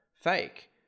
fake